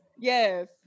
Yes